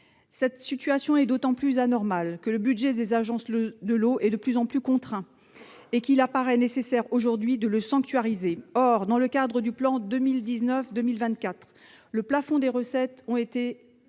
Cette situation est d'autant plus anormale que le budget des agences de l'eau est de plus en plus contraint et qu'il paraît nécessaire aujourd'hui de le sanctuariser. Or, dans le cadre du plan 2019-2024, le plafond des recettes a été fixé